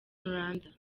rwanda